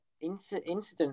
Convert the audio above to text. incident